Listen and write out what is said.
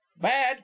bad